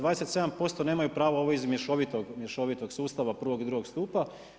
27% nemaju pravo ovo iz mješovitog sustava prvog i drugog stupa.